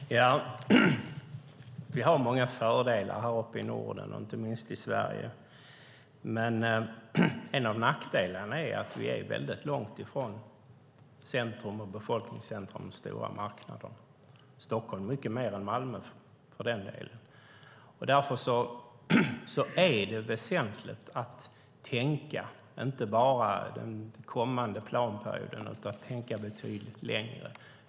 Fru talman! Vi har många fördelar här uppe i Norden, inte minst i Sverige, men en av nackdelarna är att vi är väldigt långt ifrån befolkningscentrum och stora marknader, Stockholm mycket mer än Malmö för den delen. Därför är det väsentligt att tänka inte bara för den kommande planperioden utan betydligt längre.